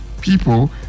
people